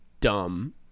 dumb